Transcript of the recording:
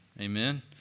amen